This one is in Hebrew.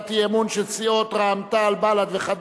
הצעת סיעות חד"ש רע"ם-תע"ל בל"ד להביע